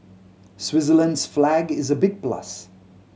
Switzerland's flag is a big plus